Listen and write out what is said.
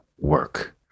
work